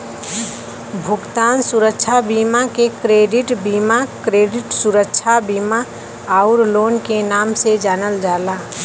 भुगतान सुरक्षा बीमा के क्रेडिट बीमा, क्रेडिट सुरक्षा बीमा आउर लोन के नाम से जानल जाला